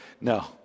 No